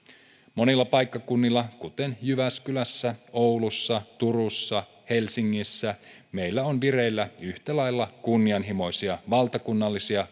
monilla paikkakunnilla kuten jyväskylässä oulussa turussa helsingissä meillä on vireillä yhtä lailla kunnianhimoisia valtakunnallisia